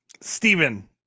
Stephen